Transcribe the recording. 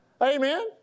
Amen